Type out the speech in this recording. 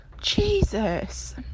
Jesus